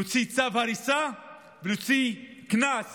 להוציא צו הריסה ולהוציא קנס